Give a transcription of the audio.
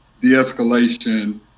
de-escalation